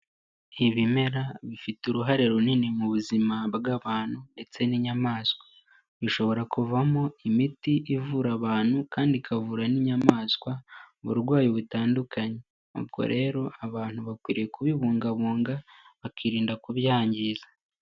Ibimera bifite uruhare runini mu buzima bw'abantu ndetse n'inyamaswa. Bishobora kuvamo imiti ivura abantu kandi ikavura n'inyamaswa uburwayi butandukanye. Ubwo rero abantu bakwiriye kubibungabunga bakirinda kubyangiza.